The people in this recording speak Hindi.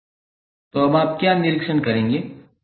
तो अब आप क्या निरीक्षण करेंगे